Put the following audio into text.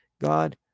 God